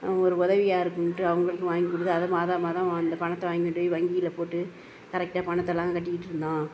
ஒரு உதவியா இருக்கும்ட்டு அவங்களுக்கும் வாங்கி கொடுத்து அதை மாதாமாதம் அந்த பணத்தை வாங்கி கொண்டு போய் வங்கியில் போட்டு கரெக்டாக பணத்தலாம் கட்டிக்கிட்ருந்தோம்